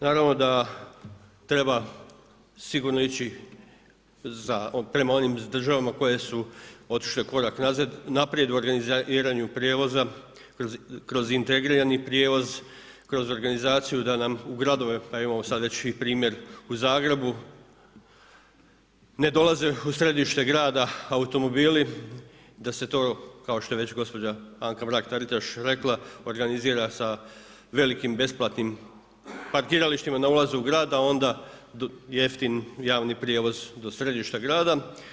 Naravno da treba sigurno ići prema onim državama koje su otišle korak naprijed u organiziranju prijevoza, kroz integrirani prijevoz, kroz organizaciju da nam u gradove, pa imamo sad već i primjer u Zagrebu, ne dolaze u središte grada automobili da se to, kao što je već gospođa Anka Mrak-Taritaš rekla, organizira sa velikim besplatnim parkiralištima na ulazu u grad, a onda jeftin javni prijevoz do središta grada.